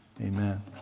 Amen